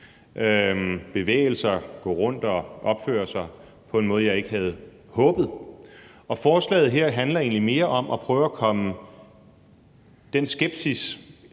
bevægelser, der har opført sig på en måde, som jeg ikke havde håbet at se. Og forslaget her handler egentlig mere om at prøve at komme den skepsis